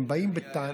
הם באים, מי היה איתה?